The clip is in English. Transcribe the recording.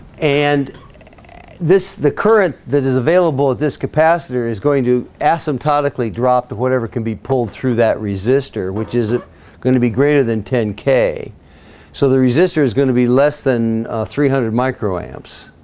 and this the current that is available at this capacitor is going to asymptotically drop to whatever can be pulled through that resistor which is it going to be greater than ten k so the resistor is going to be less than three hundred micro amps?